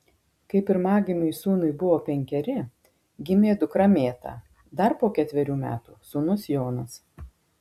kai pirmagimiui sūnui buvo penkeri gimė dukra mėta dar po ketverių metų sūnus jonas